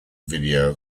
video